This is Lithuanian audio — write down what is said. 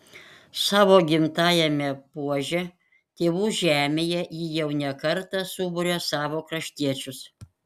savo gimtajame puože tėvų žemėje ji jau ne kartą suburia savo kraštiečius